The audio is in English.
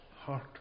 heart